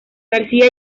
garcía